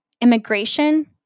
immigration